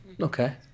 Okay